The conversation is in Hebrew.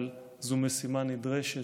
אבל זו משימה נדרשת,